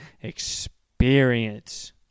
experience